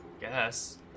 guess